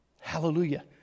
Hallelujah